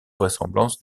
vraisemblance